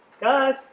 guys